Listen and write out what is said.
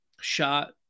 shot